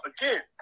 Again